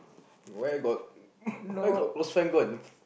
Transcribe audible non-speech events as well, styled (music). where got (laughs) where got close friend go and